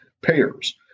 payers